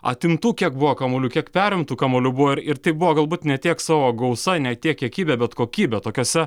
atimtų kiek buvo kamuolių kiek perimtų kamuolių buvo ir tai buvo galbūt ne tiek savo gausa ne tiek kiekybę bet kokybe tokiose